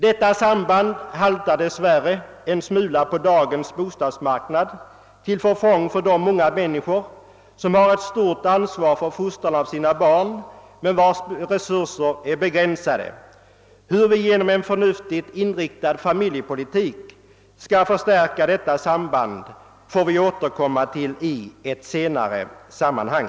Detta samband haltar dess värre en smula på dagens bostadsmarknad, till förfång för de många människor som har ett stort ansvar för fostran av sina barn men vilkas resurser är begränsade. Hur vi genom en förnuftigt inriktad familjepolitik skall förstärka detta samband får vi återkomma till 1 ett senare sammanhang.